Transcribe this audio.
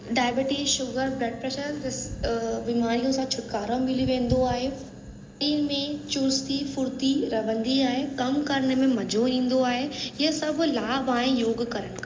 diabetes sugar blood pressure बीमारियुनि सां छुटकारो मिली वेंदो आहे शरीर में चुस्ती फ़ुर्ती रहंदी आहे कम करने में मजो ईंदो आहे हीअ सभु लाभ आहे योग करण खां त